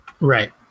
Right